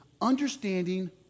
understanding